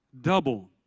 Double